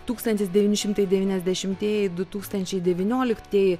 tūkstantis devyni šimtai devyniasdešimtieji du tūkstančiai devynioliktieji